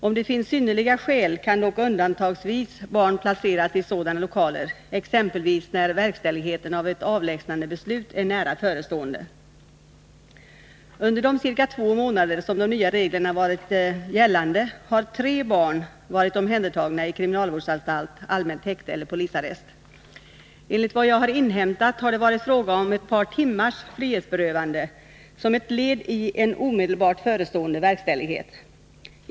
Om det fanns synnerliga skäl kan dock undantagsvis barn placeras i sådana lokaler, exempelvis när verkställigheten av ett avlägsnandebeslut är nära förestående. Under de ca två månader som de nya reglerna varit gällande har tre barn varit omhändertagna i kriminalvårdsanstalt, allmänt häkte eller polisarrest. Enligt vad jag har inhämtat har det varit fråga om ett par timmars frihetsberövande som ett led i en omedelbart förestående verkställighet.